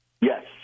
Yes